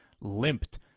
limped